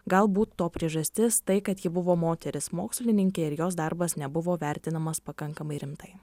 galbūt to priežastis tai kad ji buvo moteris mokslininkė ir jos darbas nebuvo vertinamas pakankamai rimtai